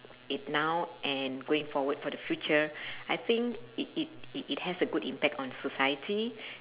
it now and going forward for the future I think it it it it has a good impact on the society